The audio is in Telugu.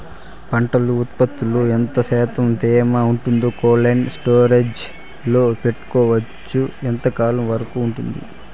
పంట ఉత్పత్తులలో ఎంత శాతం తేమ ఉంటే కోల్డ్ స్టోరేజ్ లో పెట్టొచ్చు? ఎంతకాలం వరకు ఉంటుంది